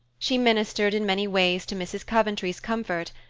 she ministered in many ways to mrs. coventry's comfort,